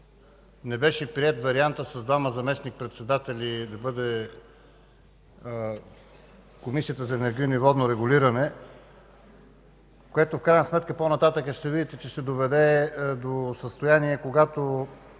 не беше приет вариантът с двама заместник-председатели да бъде Комисията за енергийно и водно регулиране, което в крайна сметка по-нататък ще видите, че ще доведе до състояние, когато